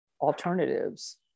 alternatives